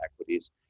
equities